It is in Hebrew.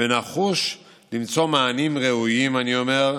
ונחוש למצוא מענים ראויים, אני אומר,